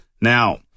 Now